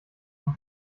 von